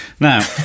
Now